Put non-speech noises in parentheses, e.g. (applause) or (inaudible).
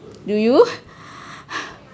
do you (breath)